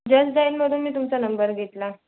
just dial मधून मी तुमचा नंबर घेतला